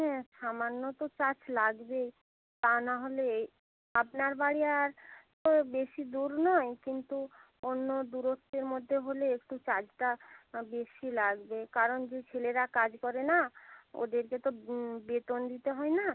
হ্যাঁ সামান্য তো চার্জ লাগবেই তা নাহলে এই আপনার বাড়ি আর তো বেশি দূর নয় কিন্তু অন্য দুরত্বের মধ্যে হলে একটু চার্জটা বেশি লাগবে কারণ যে ছেলেরা কাজ করে না ওদেরকে তো বেতন দিতে হয় না